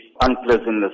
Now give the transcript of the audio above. unpleasantness